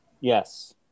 Yes